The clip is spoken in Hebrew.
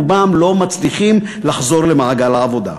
רובם לא מצליחים לחזור למעגל העבודה.